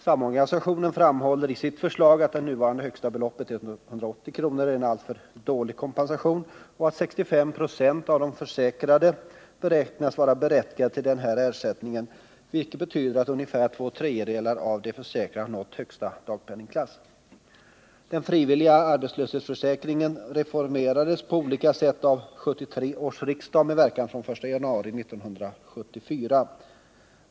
Samorganisationen framhåller i sitt förslag att det nuvarande högsta beloppet, 180 kr., ären alltför dålig kompensation och att 65 26 av de försäkrade beräknas vara berättigade till denna ersättning, vilket betyder att ungefär två tredjedelar av de försäkrade har nått den högsta dagpenningklassen. Den frivilliga arbetslöshetsförsäkringen reformerades på olika sätt av 1973 års riksdag med verkan från den 1 januari 1974.